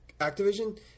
Activision